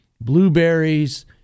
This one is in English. blueberries